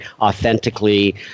authentically